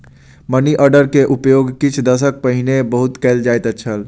money order के उपयोग किछ दशक पहिने बहुत कयल जाइत छल